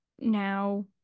Now